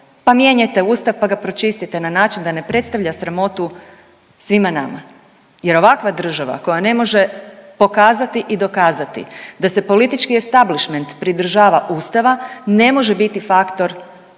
pa mijenjajte Ustav pa ga pročistite na način da ne predstavlja sramotu svima nama jer ovakva država koja ne može pokazati i dokazati da se politički establišment pridržava Ustava, ne može biti faktor u